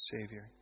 Savior